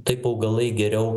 taip augalai geriau